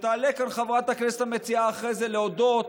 כשתעלה כאן חברת הכנסת המציעה אחרי זה להודות,